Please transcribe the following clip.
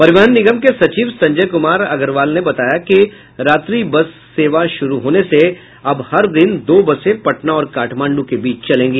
परिवहन निगम के सचिव संजय कुमार अग्रवाल ने बताया कि रात्रि बस सेवा शुरू होने से अब हर दिन दो बसें पटना और काठमांडू के बीच चलेंगी